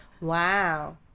Wow